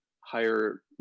higher